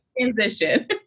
transition